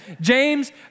James